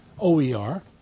OER